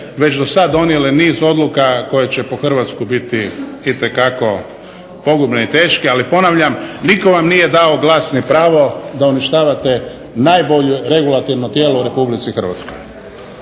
već do sad donijeli niz odluka koje će po Hrvatsku biti itekako pogubne i teške. Ali ponavljam, nitko vam nije dao glas ni pravo da uništavate najbolje regulativno tijelo u Republici Hrvatskoj.